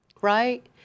right